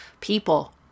People